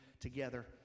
together